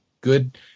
good